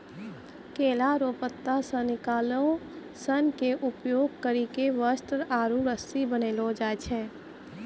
केला रो पत्ता से निकालो सन के उपयोग करी के वस्त्र आरु रस्सी बनैलो जाय छै